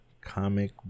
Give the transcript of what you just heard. comic